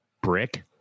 brick